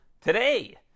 today